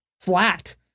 flat